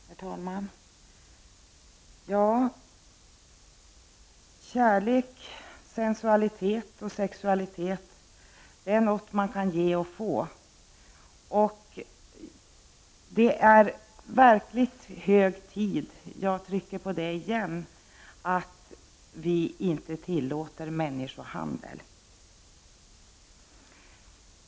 Herr talman! Kärlek, sensualitet och sexualitet är något man kan ge och få. Det är verkligt hög tid — jag trycker på det igen — att vi slutar att tillåta människohandel.